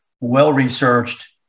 well-researched